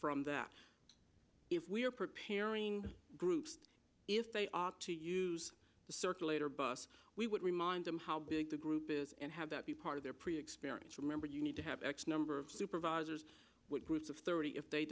from that if we are preparing groups if they opt to use the circulator bus we would remind them how big the group is and have that be part of their pretty experienced remember you need to have x number of supervisors groups of thirty if they